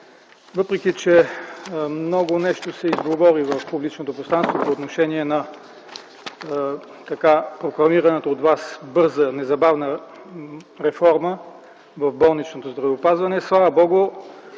Въпреки че много нещо се изговори в публичното пространство по отношение на прокламираната от вас бърза, незабавна реформа в болничното здравеопазване, слава Богу,